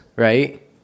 Right